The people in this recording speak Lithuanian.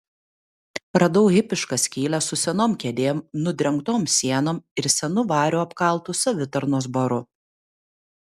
radau hipišką skylę su senom kėdėm nudrengtom sienom ir senu variu apkaltu savitarnos baru